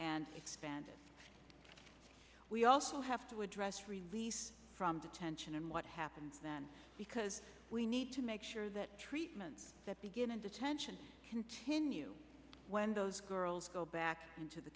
and expanded we also have to address released from detention and what happens then because we need to make sure that treatment that begin in detention continue when those girls go back into the